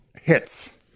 hits